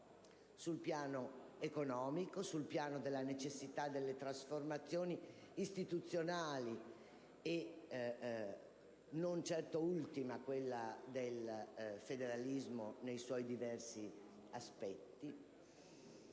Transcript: sul piano economico e sul piano della necessità di trasformazioni istituzionali - non certo ultima quella del federalismo nei suoi diversi aspetti